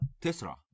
Tesla